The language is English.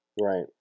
Right